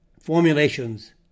formulations